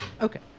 okay